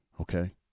Okay